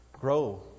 grow